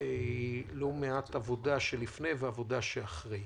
הייתה לא מעט עבודה לפני ועבודה אחרי.